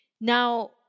Now